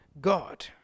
god